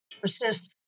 persist